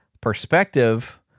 perspective